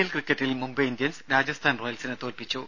L ക്രിക്കറ്റിൽ Mumbai Indians Rajasthan റോയൽസിനെ തോൽപ്പിച്ചു